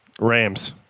Rams